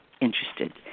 interested